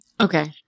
Okay